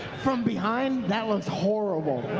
from behind that was horrible.